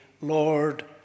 Lord